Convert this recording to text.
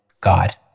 God